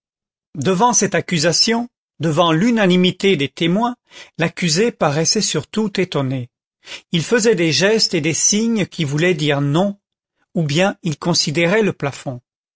devant cette accusation devant l'unanimité des témoins l'accusé paraissait surtout étonné il faisait des gestes et des signes qui voulaient dire non ou bien il considérait le plafond